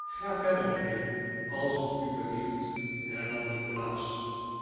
ga verder mijnheer als t u belieft hernam nikolaas